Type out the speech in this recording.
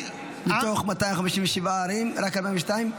מ-257 ערים רק 42?